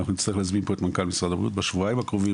אנחנו נצטרך להזמין לפה את מנכ"ל משרד הבריאות בשבועיים הקרובים,